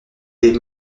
des